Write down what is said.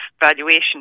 valuation